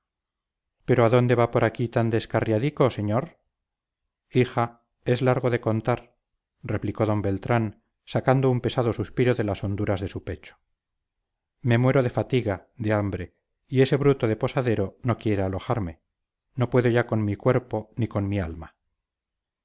pero a dónde va por aquí tan descarriadico señor hija es largo de contar replicó don beltrán sacando un pesado suspiro de las honduras de su pecho me muero de fatiga de hambre y ese bruto de posadero no quiere alojarme no puedo ya con mi cuerpo ni con mi alma